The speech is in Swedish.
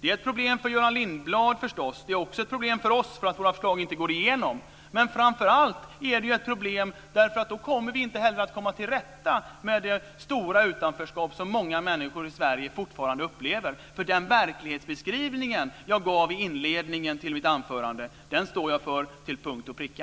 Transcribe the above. Det är ett problem för Göran Lindblad, men det är också ett problem för oss att våra förslag inte går igenom. Men framför allt är det ett problem, eftersom man då inte kan komma till rätta med det stora utanförskap som många människor i Sverige fortfarande upplever. Den verklighetsbeskrivning som jag gav i inledningen till mitt anförande står jag för till punkt och pricka.